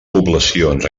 poblacions